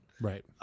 Right